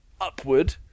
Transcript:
upward